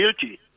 guilty